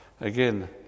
again